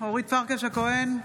בהצבעה אורית פרקש הכהן,